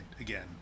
again